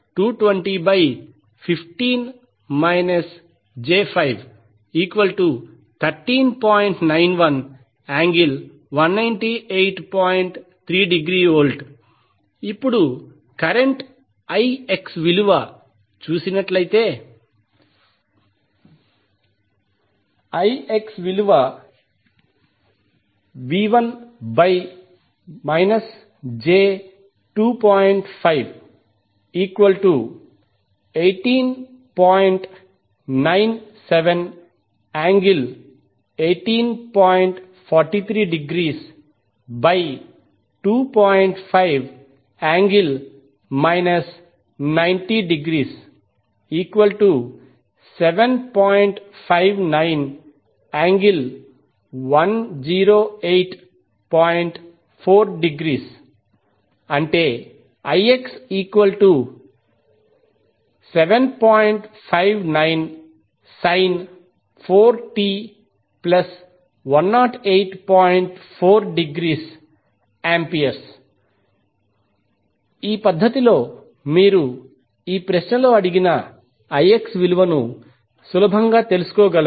ఇప్పుడు కరెంట్ విలువ చూసినట్లయితే ఈ పద్ధతిలో మీరు ఈ ప్రశ్నలో అడిగిన విలువను సులభంగా తెలుసుకోగలరు